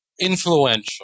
influential